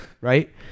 right